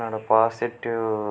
என்னோடய பாசிட்டிவ்